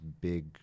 big